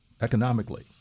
Economically